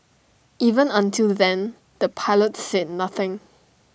even until then the pilots said nothing